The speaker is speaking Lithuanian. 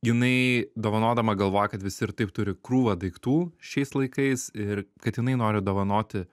jinai dovanodama galvoja kad visi ir taip turi krūvą daiktų šiais laikais ir kad jinai nori dovanoti